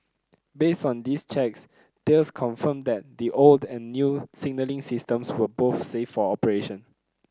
based on these checks Thales confirmed that the old and new signalling systems were both safe for operation